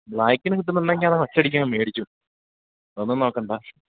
ബ്ലാക്കിന് കിട്ടുന്നുണ്ടെങ്കിൽ അത് അങ്ങ് ഒറ്റയടിക്ക് അങ്ങ് മേടിച്ചോ ഒന്നും നോക്കേണ്ട